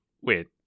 wait